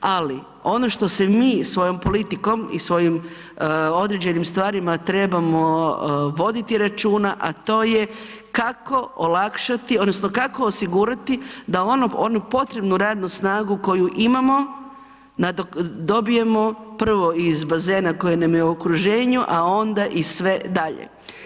Ali, ono što se mi svojom politikom i svojom određenim stvarima trebamo voditi računa, a to je kako olakšati, odnosno kako osigurati da ono, onu potrebnu radnu snagu koju imamo dobijemo prvo iz bazena koji nam je u okruženju, a onda i sve dalje.